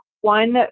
one